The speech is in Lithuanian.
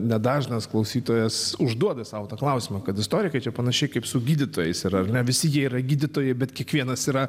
nedažnas klausytojas užduoda sau tą klausimą kad istorikai čia panašiai kaip su gydytojais yra ar ne visi jie yra gydytojai bet kiekvienas yra